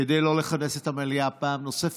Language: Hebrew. כדי לא לכנס את המליאה פעם נוספת